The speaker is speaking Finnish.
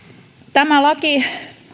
tämä laki